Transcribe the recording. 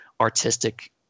artistic